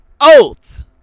oath